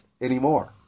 anymore